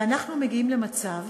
ואנחנו מגיעים למצב